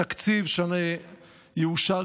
התקציב שיאושר,